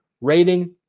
rating